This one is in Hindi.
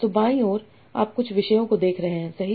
तो बाईं ओर आप कुछ विषयों को देख रहे हैंसही